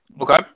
Okay